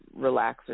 relaxer